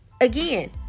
again